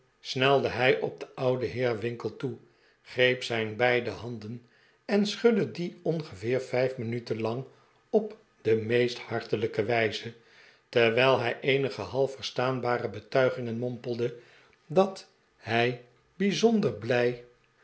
snelde hij op den ouden heer winkle toe greep zijn beide handen en schudde die ongeveer vijf minuten lang op de meest hartelijke wijze terwijl hij eenige half verstaanbare betuigingen mompelde dat hij bijzonder blij